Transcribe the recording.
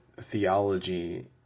theology